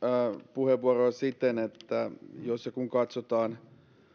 puheenvuoroa siten että jos ja kun katsotaan